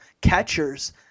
catchers